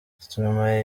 stromae